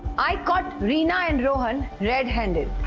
i caught reena and rohan red-handed.